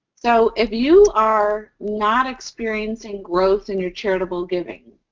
so, if you are not experiencing growth in your charitable giving,